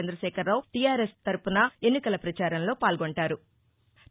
చంద్రశేఖరరాపు టీఆర్ఎస్ తరపున ఎన్నికల పచారంలో పాల్గొంటారు